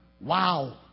wow